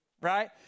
right